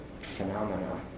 phenomena